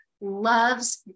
loves